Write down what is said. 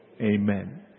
Amen